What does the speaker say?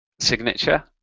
signature